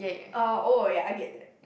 uh oh ya I get that